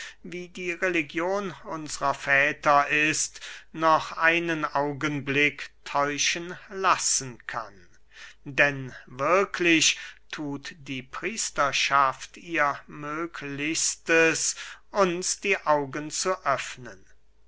wie die religion unsrer väter ist noch einen augenblick täuschen lassen kann denn wirklich thut die priesterschaft ihr möglichstes uns die augen zu öffnen